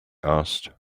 asked